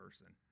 person